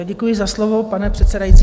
Děkuji za slovo, pane předsedající.